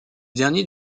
dernier